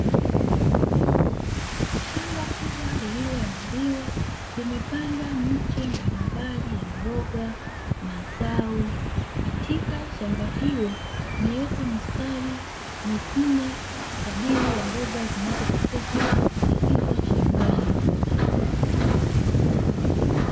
Shamba kubwa lililoandaliwa, limepandwa miche mbalimbali ya mboga, mazao, katika shamba hilo imewekwa mistari minne, kadiri ya mboga zinazotakiwa kwenda kupandikizwa shambani.